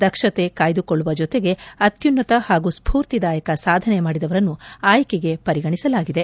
ದಕ್ಷತೆ ಕಾಯ್ದಕೊಳ್ಳುವ ಜತೆಗೆ ಅತ್ಯುನ್ನತ ಹಾಗೂ ಸ್ಪೂರ್ತಿದಾಯಕ ಸಾಧನೆ ಮಾಡಿದವರನ್ನು ಆಯ್ಲೆಗೆ ಪರಿಗಣಿಸಲಾಗಿದೆ